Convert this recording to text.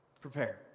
Prepare